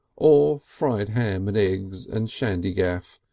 or fried ham and eggs and shandygaff,